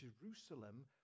Jerusalem